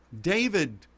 David